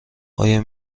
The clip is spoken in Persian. آیا